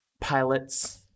pilot's